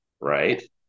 Right